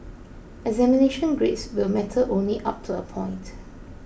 examination grades will matter only up to a point